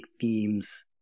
themes